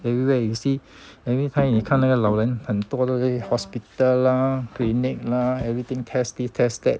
everywhere you see everytime 你看那个老人很多对不对 hospital lah clinic lah everything test this test that